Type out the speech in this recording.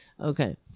Okay